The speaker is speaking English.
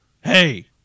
Hey